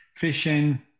fishing